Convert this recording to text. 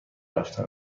رفتن